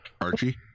Archie